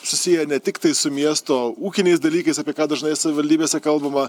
susiję ne tiktai su miesto ūkiniais dalykais apie ką dažnai savivaldybėse kalbama